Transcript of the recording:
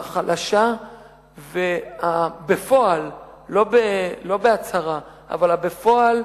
החלשה, ובפועל, לא בהצהרה, אבל בפועל,